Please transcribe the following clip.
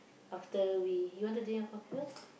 after we you want to drink your coffee first